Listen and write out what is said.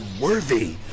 worthy